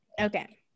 Okay